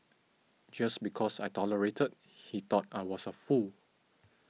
just because I tolerated he thought I was a fool